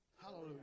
Hallelujah